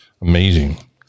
Amazing